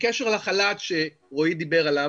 בקשר לחל"ת שרועי דיבר עליו.